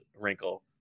wrinkle